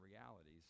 realities